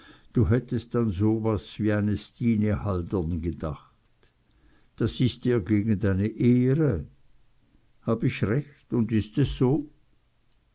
du hättest an so was wie eine stine haldern gedacht das ist dir gegen deine ehre hab ich recht und ist es so